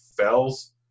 Fells